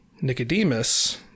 Nicodemus